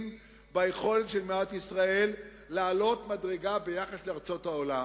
ביכולת של מדינת ישראל לעלות מדרגה ביחס לארצות העולם.